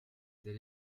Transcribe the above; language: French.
tel